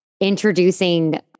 introducing